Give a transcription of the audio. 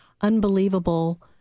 unbelievable